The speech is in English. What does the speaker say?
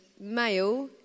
male